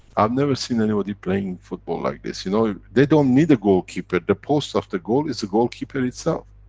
i've never seen anybody playing football like this. you know they don't need a goalkeeper? the post of the goal, it's a goalkeeper itself.